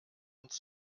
uns